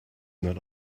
not